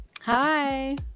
Hi